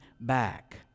back